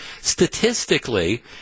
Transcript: Statistically